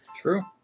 True